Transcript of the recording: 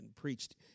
preached